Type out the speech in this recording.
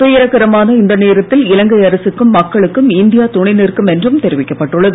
துயரகரமான இந்த நேரத்தில் இலங்கை அரசுக்கும் மக்களுக்கும் இந்தியா துணை நிற்கும் என்றும் தெரிவிக்கப் பட்டுள்ளது